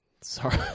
sorry